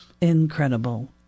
incredible